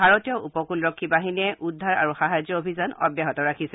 ভাৰতীয় উপকূলৰক্ষী বাহিনীয়ে উদ্ধাৰ আৰু সাহায্য অভিযান অব্যাহত ৰাখিছে